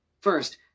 First